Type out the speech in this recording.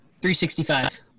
365